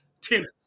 Tennis